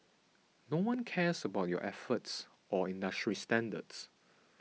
no one cares about your efforts or industry standards